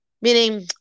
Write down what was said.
meaning